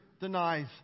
denies